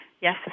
yes